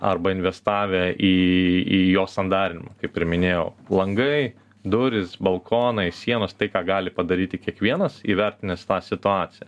arba investavę į į jo sandarinimą kaip ir minėjau langai durys balkonai sienos tai ką gali padaryti kiekvienas įvertinęs tą situaciją